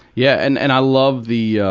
yeah. and, and i love the,